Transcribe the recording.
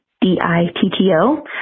D-I-T-T-O